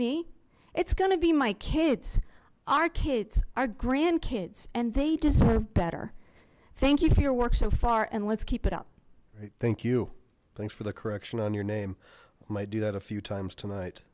me it's gonna be my kids our kids our grandkids and they deserve better thank you for your work so far and let's keep it up all right thank you thanks for the correction on your name might do that a few times tonight